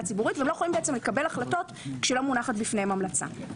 הציבורית ולא יכולים לקבל החלטות כשלא מונחת בפניהם המלצה.